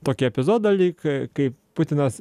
tokį epizodą lyg kai putinas